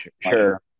sure